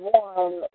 one